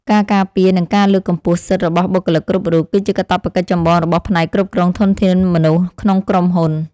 ការការពារនិងការលើកកម្ពស់សិទ្ធិរបស់បុគ្គលិកគ្រប់រូប គឺជាកាតព្វកិច្ចចម្បងរបស់ផ្នែកគ្រប់គ្រងធនធានមនុស្សក្នុងក្រុមហ៊ុន។